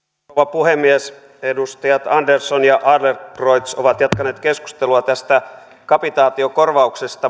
puhemies edustajat andersson ja adlercreutz ovat jatkaneet keskustelua tästä kapitaatiokorvauksesta